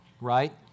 right